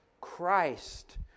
Christ